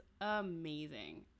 amazing